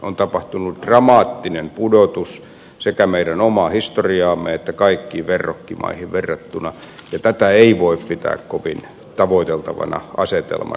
on tapahtunut dramaattinen pudotus sekä meidän omaan historiaamme että kaikkiin verrokkimaihin verrattuna ja tätä ei voi pitää kovin tavoiteltavana asetelmana